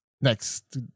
next